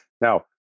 now